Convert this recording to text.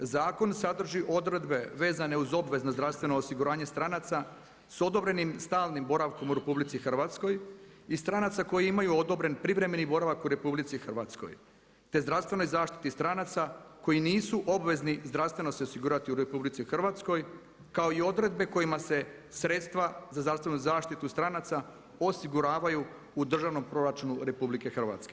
Zakon sadrži odredbe vezane uz obvezno zdravstveno osiguranje stranaca sa odobrenim stalnim boravkom u RH i stranaca koji imaju odobren privremeni boravak u RH te zdravstvenoj zaštiti stranaca koji nisu obvezni zdravstveno se osigurati u RH, kao i odredbe kojima se sredstva za zdravstvenu zaštitu stranaca osiguravaju u državnom proračunu RH.